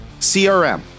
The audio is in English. CRM